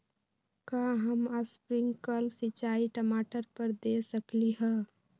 का हम स्प्रिंकल सिंचाई टमाटर पर दे सकली ह?